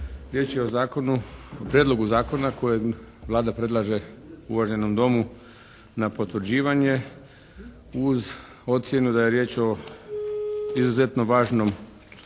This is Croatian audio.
Riječ je o zakonu, prijedlogu zakona kojeg Vlada predlaže uvaženom Domu na potvrđivanje, uz ocjenu da je riječ o izuzetno važnom